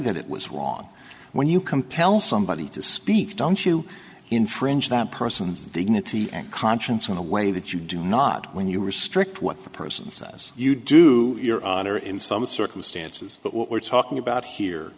that it was wrong when you compel somebody to speak don't you infringe that person's dignity and conscience in a way that you do not when you restrict what the person says you do your honor in some circumstances but what we're talking about here